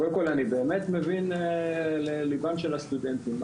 קודם כל, אני באמת מבין לליבם של הסטודנטים.